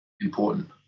important